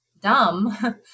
dumb